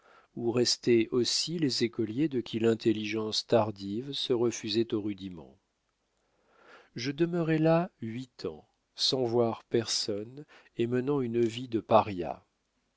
où restaient aussi les écoliers de qui l'intelligence tardive se refusait au rudiment je demeurai là huit ans sans voir personne et menant une vie de paria